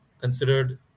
considered